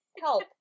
Help